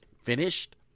finished